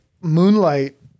Moonlight